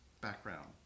background